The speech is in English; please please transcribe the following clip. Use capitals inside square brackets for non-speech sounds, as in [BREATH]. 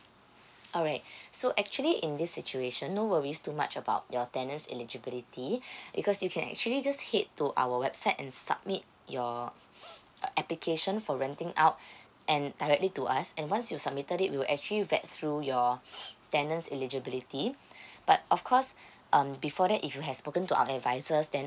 alright so actually in this situation no worries too much about your tenant's eligibility [BREATH] because you can actually just head to our website and submit your [BREATH] uh application for renting out and directly to us and once you submitted it we will actually vet through your [BREATH] tenant's eligibility but of course um before that if you have spoken to our advisors then